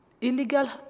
illegal